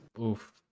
Oof